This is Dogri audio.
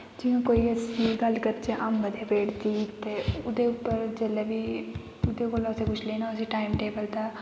जियां कोई अस गल्ल करचै अम्ब दे पेड़ दी ते ओह्दे उप्पर जिल्लै बी ओह्दे कोला असें कुछ लैना होऐ उसी टाइम टेबल दा